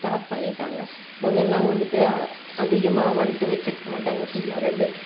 start பண்ணிட்டாங்கள் முதல்லாம் வந்துட்டு அதிகமாக வந்துட்டு வச்சிருக்க மாட்டாங்கள் சும்மா ரெண்டு